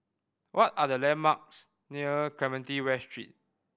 what are the landmarks near Clementi West Street